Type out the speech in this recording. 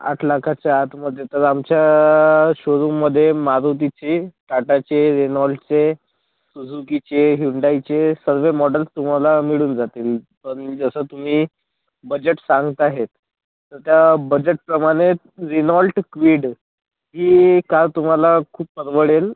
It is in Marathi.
आठ लाखाच्या आतमध्ये तर आमच्या शोरूमध्ये मारुतीची टाटाचे रिनॉल्टचे सुजीकीचे ह्यूंडाईचे सगळे मॉडेल्स तुम्हाला मिळून जातील पण जसं तुम्ही बजेट सांगताहेत तर त्या बजेटप्रमाणे रेनॉल्ट क्विड ही एक कार तुम्हाला खूप परवडेल